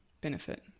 benefit